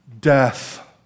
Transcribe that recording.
death